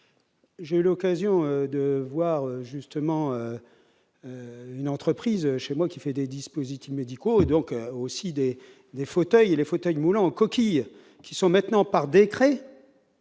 J'ai eu l'occasion de voir justement une entreprise chez moi qui fait des dispositifs médicaux et donc aussi des des fauteuils, les fauteuils roulants coquille qui sont maintenant par décret.